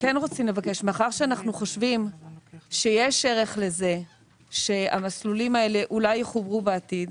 מאחר שאנחנו חושבים שיש ערך לזה שהמסלולים האלה אולי יחוברו בעתיד,